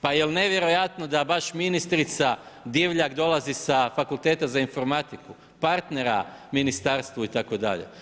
Pa jel nevjerojatno da baš ministrica Divjak dolazi sa fakulteta za informatiku, partnera ministarstvu itd.